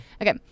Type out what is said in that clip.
Okay